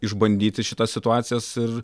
išbandyti šitas situacijas ir